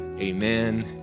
Amen